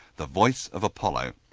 the voice of apollo.